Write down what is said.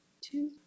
Two